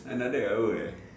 another hour uh